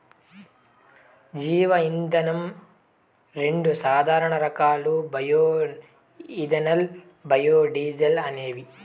జీవ ఇంధనం రెండు సాధారణ రకాలు బయో ఇథనాల్, బయోడీజల్ అనేవి